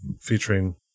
featuring